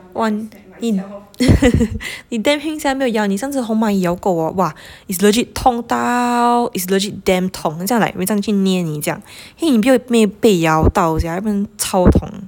!wah! eh you damn heng sia 没有咬你上次红蚂蚁咬过我 !wah! it's legit 痛到 it's legit damn 痛好像 like 人家去捏你这样 heng 你没有被咬到 sia 不然超痛